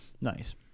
Nice